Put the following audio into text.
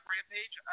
Rampage